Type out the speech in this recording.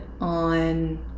on